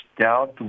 doubt